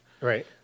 Right